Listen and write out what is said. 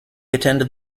attended